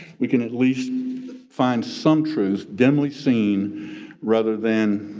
we can at least find some truths dimly seen rather than